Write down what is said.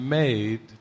made